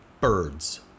birds